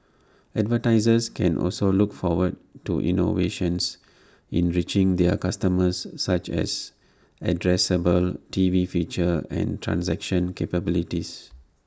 advertisers can also look forward to innovations in reaching their customers such as addressable T V features and transaction capabilities